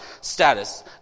status